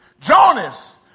Jonas